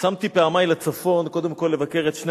שמתי פעמי לצפון קודם כול לבקר את שני